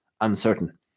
uncertain